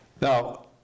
Now